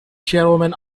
chairwoman